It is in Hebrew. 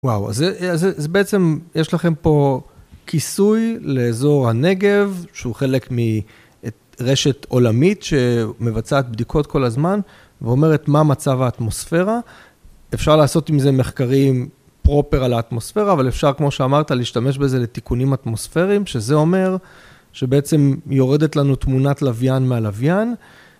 וואו, אז זה, זה בעצם, יש לכם פה כיסוי לאזור הנגב, שהוא חלק מרשת עולמית שמבצעת בדיקות כל הזמן, ואומרת מה מצב האטמוספירה. אפשר לעשות עם זה מחקרים פרופר על האטמוספירה, אבל אפשר, כמו שאמרת, להשתמש בזה לתיקונים אטמוספיריים, שזה אומר שבעצם יורדת לנו תמונת לוויין מהלוויין.